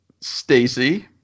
Stacy